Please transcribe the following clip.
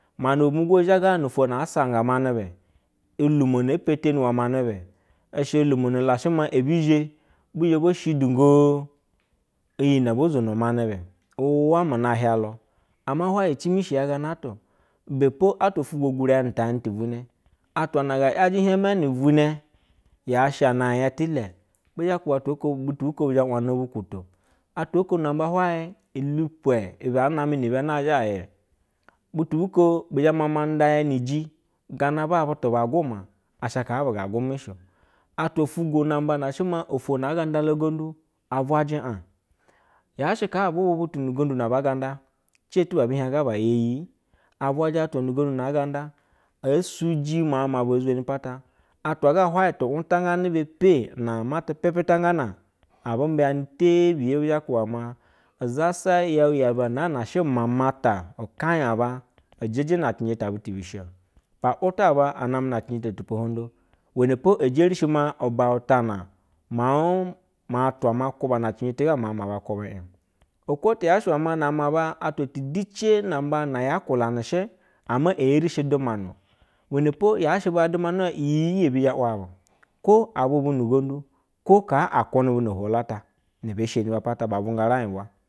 Manebe mugo zhaga hwaye no ofwo na aa sanga manebe, ulumo na ee peteni iwe manebe i shɛ ulomu na la shɛ mao ebi zhɛ, bɛ zhel bo shidingo iyi nɛ obo zwono monebɛ uuwo muba hialu. Ama hwaye icimishi ya ganaata o. I bɛ po atwa fwugwo gwure yanu thaajnu ti vwinɛ, afwa na ya yajɛ hiejme ni vwinɛ. Ya shana a-j ya tilɛ bi the kuba atwo oko butu buko bi zhe wani bukunto. Atwa oko nanba hwaye, ili pwe ibe aa name ni bɛ nazhɛ a yɛ. Butu bu ko bu zhɛ mama nda ya ni-yi gana baa butu ba gwuma asha kaa buga gwume sheo atwa fwugwo namba na she maa ofwo aa ga nda la ugandu, a vwuje a-j yaa she kaa abu vnɛ butu nu-uginda na baa ga nda, cetu ba ebi hiej ga ba ya iyii? Avwaje atwa nu ugondu nu-ugondu na aa ga nda ee siyi miaug ma aba ee zweni patar atwwa ga hwayɛ tu ugtangane bepe na ma te pɛpɛtagyana, abu mbiyane tebiyɛ bi the kwubo mag isaza yue ya aba nan na she umamata ukanye aba jɛjɛ na cenjɛ ta butu bi shi pa wutu aba aname na cenje to tupohoydo. Iwene po e jereshi mea ubuata na mauj ma atwa ma kwuba na cenjɛ tɛ ga miauj ma aba kwubɛ igo. Okwo tɛ yaa she iwɛ maa na-amɛ aba atwa ti dice namba yaa kwulanɛ shɛ. Ama e eri shi dumana o. Iwene she ama e eri shi dumana iwe po yaa shɛ ba dumanɛ hwayɛ iyi iyebi zhɛ wo bu. Kwo a vwe bu ni-ugomdu, kwo kaa a kwunɛ bu no-ohvolu atanɛ bee sheyini ba pata ba uwunga vraing ubwa